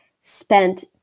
spent